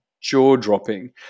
jaw-dropping